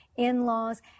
in-laws